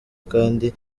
kandi